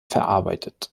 verarbeitet